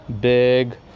big